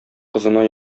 кызына